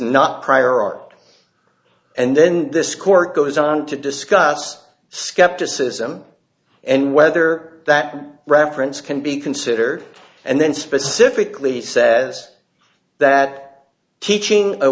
not prior art and then this court goes on to discuss skepticism and whether that reference can be considered and then specifically says that teaching